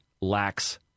lacks